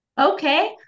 okay